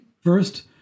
First